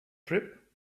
trip